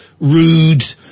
rude